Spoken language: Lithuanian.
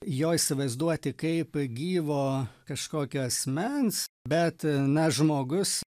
jo įsivaizduoti kaip gyvo kažkokio asmens bet na žmogus